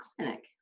clinic